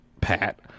Pat